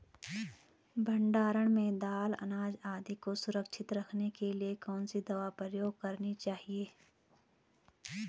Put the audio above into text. भण्डारण में दाल अनाज आदि को सुरक्षित रखने के लिए कौन सी दवा प्रयोग करनी चाहिए?